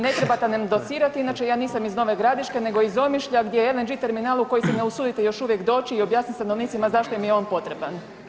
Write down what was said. Ne trebate nam docirati, inače ja nisam iz Nove Gradiške nego iz Omišlja gdje je LNG terminal u koji se ne usudite još uvijek doći i objasniti stanovnicima zašto im je on potreban.